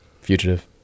Fugitive